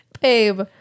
Babe